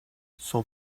son